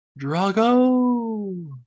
Drago